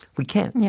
we can't. yeah